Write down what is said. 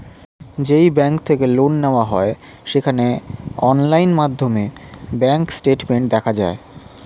যেই ব্যাঙ্ক থেকে লোন নেওয়া হয় সেখানে অনলাইন মাধ্যমে ব্যাঙ্ক স্টেটমেন্ট দেখা যায়